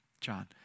John